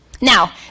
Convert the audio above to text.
Now